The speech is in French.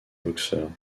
boxeurs